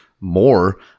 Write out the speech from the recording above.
more